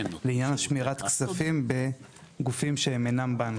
לעניין שמירת הכספים בגופים שהם אינם בנקים.